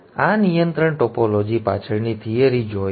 અને આ નિયંત્રણ ટોપોલોજી પાછળની થિયરી જોઈ